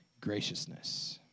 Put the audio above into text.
graciousness